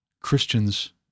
Christians